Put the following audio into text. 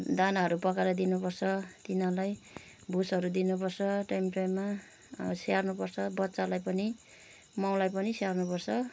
दानाहरू पकाएर दिनु पर्छ तिनीहरूलाई भुसहरू दिनु पर्छ टाइम टाइममा स्याहार्नु पर्छ बच्चालाई पनि मउलाई पनि स्याहार्नु पर्छ